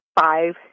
five